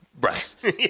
breasts